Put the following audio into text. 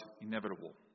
inevitable